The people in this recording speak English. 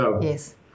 Yes